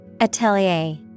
Atelier